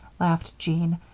laughed jean,